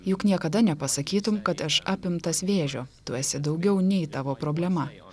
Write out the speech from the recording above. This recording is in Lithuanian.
juk niekada nepasakytum kad aš apimtas vėžio tu esi daugiau nei tavo problema